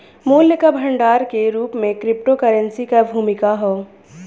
मूल्य क भंडार के रूप में क्रिप्टोकरेंसी क भूमिका हौ